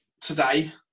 today